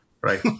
Right